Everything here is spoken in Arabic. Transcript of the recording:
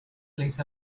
ليس